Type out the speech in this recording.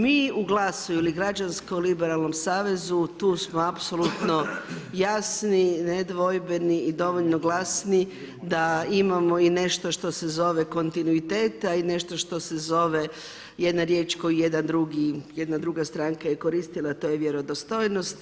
Mi u GLAS-u ili Građansko liberalnom savezu tu smo apsolutno jasni, nedvojbeni i dovoljno glasni da imamo i nešto što se zove kontinuitet a i nešto što se zove jedna riječ koju jedna druga stranka je koristila a to je vjerodostojnost.